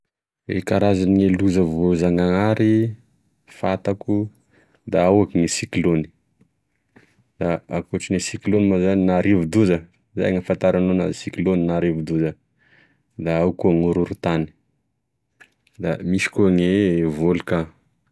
E karazagne loza voazanahary fantako da ohatry gne cyclone da ankoatragne cyclogne moa zany na rivodoza zay no afantaranao anazy cyclogne na rivodoza, da ao koa gne orohorontany, da misy koa gne volcan.